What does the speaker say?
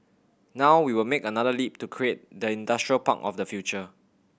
now we will make another leap to create the industrial park of the future